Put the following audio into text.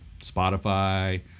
Spotify